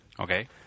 Okay